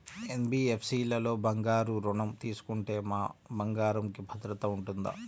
NBFC లలో బంగారు ఋణం తీసుకుంటే మా బంగారంకి భద్రత ఉంటుందా?